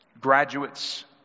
Graduates